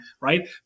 right